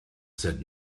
said